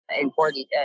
important